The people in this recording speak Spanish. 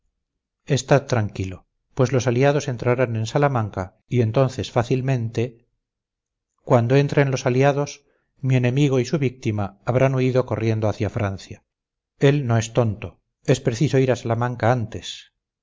estad tranquilo pues los aliados entrarán en salamanca y entonces fácilmente cuando entren los aliados mi enemigo y su víctima habrán huido corriendo hacia francia él no es tonto es preciso ir a salamanca antes